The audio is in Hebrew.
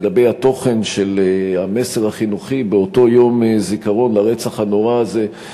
לגבי התוכן של המסר החינוכי באותו יום זיכרון לרצח הנורא הזה,